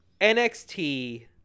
NXT